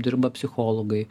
dirba psichologai